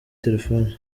telefoni